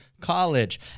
College